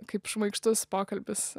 kaip šmaikštus pokalbis